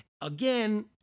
again